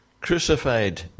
Crucified